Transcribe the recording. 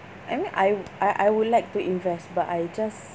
I mean I I I would like to invest but I just